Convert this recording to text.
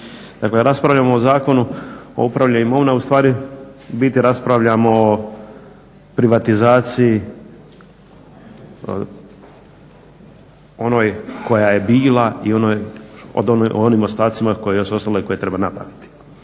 Dakle raspravljamo o Zakonu o upravljanju imovine ustvari u biti raspravljamo o privatizaciji onoj koja je bila i onim ostacima koje su još ostale koje treba napraviti.